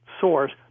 source